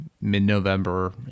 mid-November